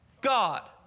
God